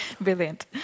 Brilliant